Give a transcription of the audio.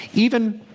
even